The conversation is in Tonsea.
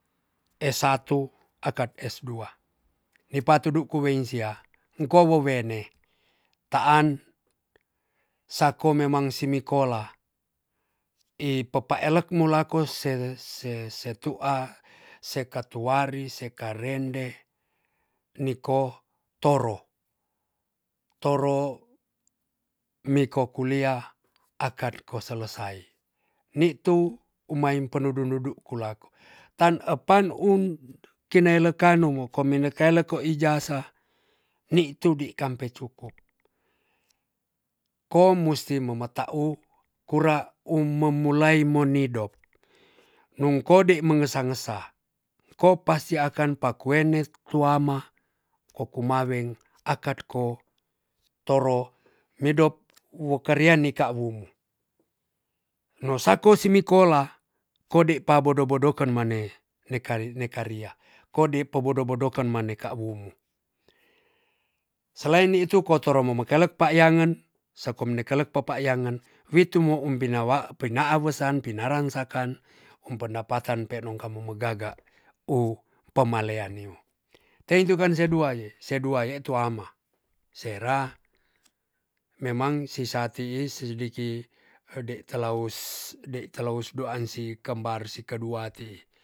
S1 akat s2 nepatudu kue kuen sia kowowene ta'an sako memang simikolah i papa elek molakos se-se-setu'a sekatuari seka rende niko toro. toro miko kuliah akat ko selesai ni'tu umai penudu-penudu kulako' tan pan'um tinelekannu mokome nekaleko ijazah ni tu'di kampe cukup komusti memeta u' kura ung memulai mo nidop mongkode mengesah-ngesah ko pasti akan pakuene kuama kokumaweng akat ko toro nidop wokariani ka'wum nosako simikolah kole pa bodo-bodokan mane neki-nekaria kode pabodo-bodokan mane kawumu selain itu kotoro momekalep payangen sekomne kelek papa yangan witu mo umbinawa pina'a wesan pinaran sakan umpendapatan penong kamu megaga u pemalean niu teitu kansen duae se duae tuama sera memang sisa ti'i sidiki ode talaus doansi kembar siduati